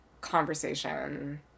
conversation